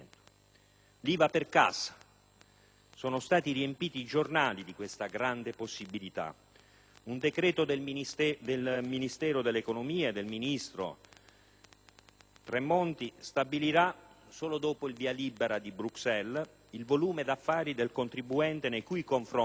Sono stati riempiti i giornali con i riferimenti a questa grande possibilità. Un decreto del ministro Tremonti stabilirà, solo dopo il via libera di Bruxelles, il volume d'affari del contribuente nei cui confronti è applicabile la disposizione